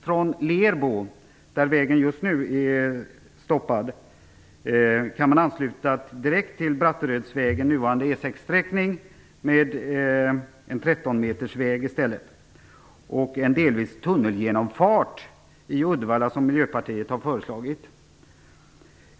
Från Lerbo, där vägen just nu är stoppad, kan vägen i stället anslutas direkt till Bratterödsvägen, nuvarande E 6-sträckning, med en 13-metersväg och en delvis tunnelgenomfart i Uddevalla, som Miljöpartiet har föreslagit.